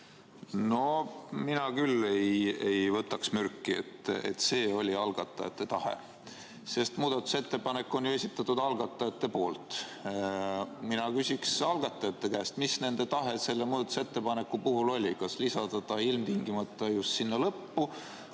No mina küll ei võtaks selle peale mürki, et see oli algatajate tahe. Muudatusettepanek on ju esitatud algatajate poolt. Mina küsiks algatajate käest, mis nende tahe selle muudatusettepaneku puhul oli, kas lisada ta ilmtingimata just sinna lõppu